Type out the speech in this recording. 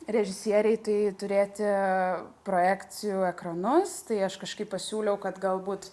režisierei tai turėti projekcijų ekranus tai aš kažkaip pasiūliau kad galbūt